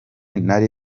ntari